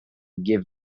give